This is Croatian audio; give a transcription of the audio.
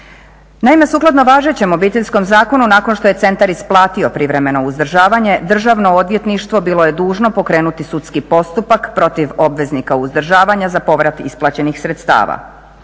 Naime, sukladno važećem Obiteljskom zakonu nakon što je centar isplatio privremeno uzdržavanje Državno odvjetništvo bilo je dužno pokrenuti sudski postupak protiv obveznika uzdržavanja za povrat isplaćenih sredstava.